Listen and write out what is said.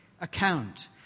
account